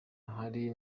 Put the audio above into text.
hari